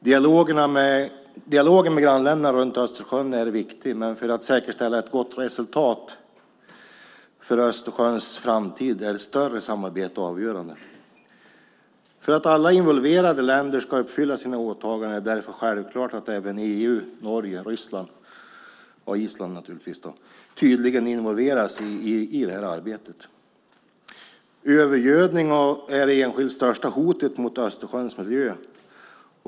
Dialogen med grannländerna runt Östersjön är viktig, men för att säkerställa ett gott resultat när det gäller Östersjöns framtid är ett större samarbete avgörande. För att alla involverade länder ska uppfylla sina åtaganden är det därför självklart att även EU, Norge, Ryssland och Island tydligt involveras i det här arbetet. Övergödning är det enskilt största hotet mot Östersjöns miljö.